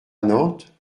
nantes